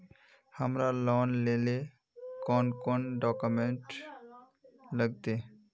हमरा लोन लेले कौन कौन डॉक्यूमेंट लगते?